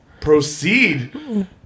proceed